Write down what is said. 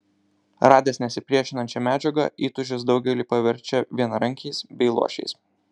radęs nesipriešinančią medžiagą įtūžis daugelį paverčia vienarankiais bei luošiais